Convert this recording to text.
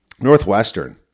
Northwestern